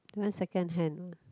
that one second hand uh